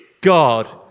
God